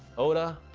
oda